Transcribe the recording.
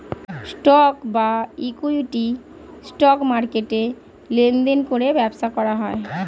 stock বা equity, stock মার্কেটে লেনদেন করে ব্যবসা করা হয়